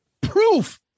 Proof